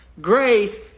grace